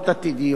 בנוסף,